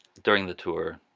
during the tour,